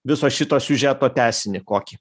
viso šito siužeto tęsinį kokį